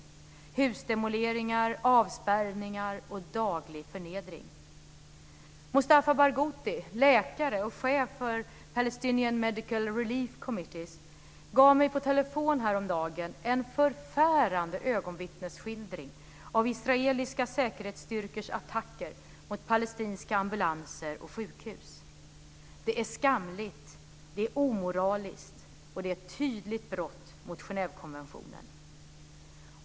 Vi har sett husdemoleringar, avspärrningar och daglig förnedring. Mustafa Barghouthi, läkare och chef för Palestinian Medical Relief Committees, gav mig på telefon häromdagen en förfärande ögonvittnesskildring av israeliska säkerhetsstyrkors attacker mot palestinska ambulanser och sjukhus. Det är skamligt, det är omoraliskt och det är ett tydligt brott mot Genèvekonventionen.